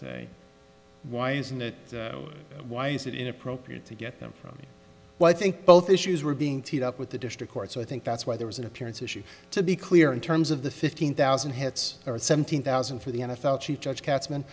say why isn't that why is it inappropriate to get them from me but i think both issues were being teed up with the district court so i think that's why there was an appearance issue to be clear in terms of the fifteen thousand hits or seventeen thousand for the n f l chief judge katzman